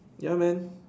ya man